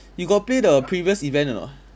you got play the previous event or not